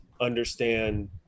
understand